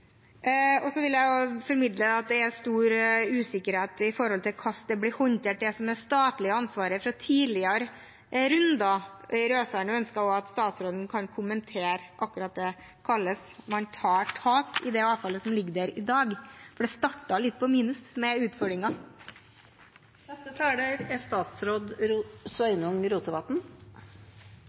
det gjelder tidligere runder i Raudsand, blir håndtert. Jeg ønsker at statsråden kan komme med en kommentar akkurat til hvordan man tar tak i det avfallet som ligger der i dag, for det starter litt på minus med